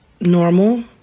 normal